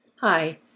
Hi